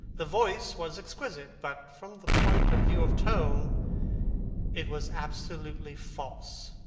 the voice was exquisite, but from the point of view of tone it was absolutely false.